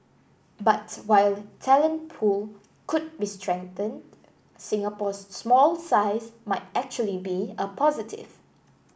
but while talent pool could be strengthened Singapore's small size might actually be a positive